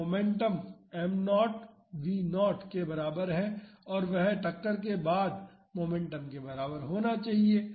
तो momentum m0 v0 के बराबर है और वह टक्कर के बाद मोमेंटम के बराबर होना चाहिए